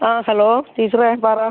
ആ ഹലോ ടീച്ചറേ പറ